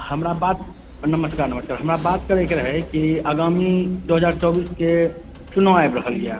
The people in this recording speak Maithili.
हमरा बात नमस्कार नमस्कार हमरा बात करै के रहै की आगामी दू हजार चौबीस के चुनाव आबि रहल यऽ